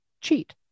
cheat